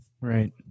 Right